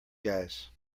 guys